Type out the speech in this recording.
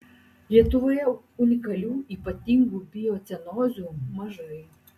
lietuvoje unikalių ypatingų biocenozių mažai